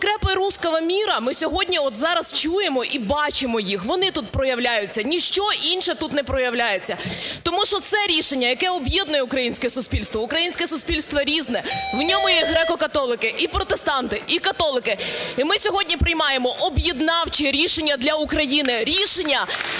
"скрепы русского мира" ми сьогодні от зараз чуємо і бачимо їх, вони тут проявляються, ні що інше тут не проявляється. Тому що це рішення, яке об'єднує українське суспільство, українське суспільство різне, в ньому є греко-католики, і протестанти, і католики, і ми сьогодні приймаємо об'єднавче рішення для України, рішення,